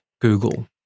Google